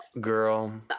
girl